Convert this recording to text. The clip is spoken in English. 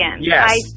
Yes